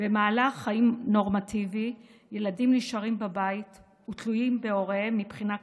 במהלך חיים נורמטיבי ילדים נשארים בבית ותלויים בהוריהם מבחינה כלכלית,